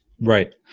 Right